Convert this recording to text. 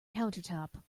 countertop